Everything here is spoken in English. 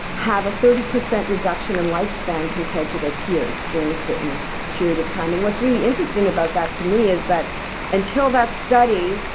have a thirty percent reduction in lifespan compared to their peers during a certain period of time. and what's really interesting about that to me is that until that study,